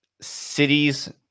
cities